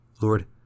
Lord